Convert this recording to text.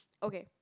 okay